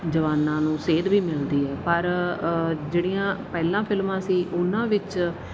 ਜਵਾਨਾਂ ਨੂੰ ਸੇਧ ਵੀ ਮਿਲਦੀ ਹੈ ਪਰ ਜਿਹੜੀਆਂ ਪਹਿਲਾਂ ਫਿਲਮਾਂ ਸੀ ਉਹਨਾਂ ਵਿੱਚ